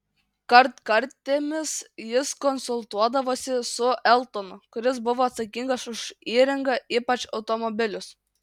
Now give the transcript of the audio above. kartkartėmis jis konsultuodavosi su eltonu kuris buvo atsakingas už įrangą ypač automobilius